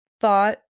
thought